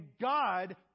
God